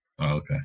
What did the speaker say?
okay